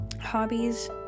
hobbies